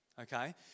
okay